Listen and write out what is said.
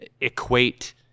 equate